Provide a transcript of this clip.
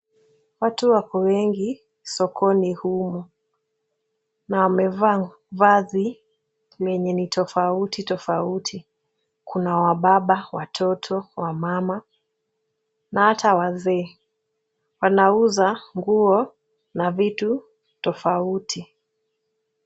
Watu wako wengi sokoni humu, na wamevaa vazi lenye ni tofauti tofauti. Kuna wababa, watoto na wamama na hata wazee. Wanauza nguo na vitu tofauti.